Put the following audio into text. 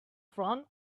front